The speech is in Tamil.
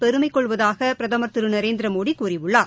பெருமைக் கொள்வதாக பிரதமர் திரு நரேந்திரமோடி கூறியுள்ளார்